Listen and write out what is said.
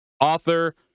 Author